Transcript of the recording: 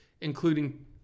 including